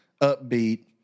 upbeat